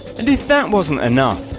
and if that wasn't enough,